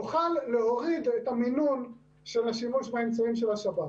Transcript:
נוכל להוריד את המינון של השימוש באמצעים של השב"כ.